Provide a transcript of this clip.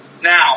Now